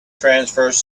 transverse